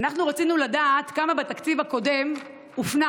אנחנו רצינו לדעת כמה בתקציב הקודם הופנה